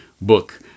book